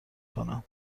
کنم